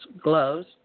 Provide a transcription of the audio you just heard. gloves